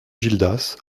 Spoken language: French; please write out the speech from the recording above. gildas